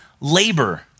labor